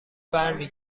برمی